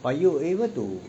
are you able to